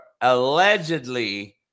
allegedly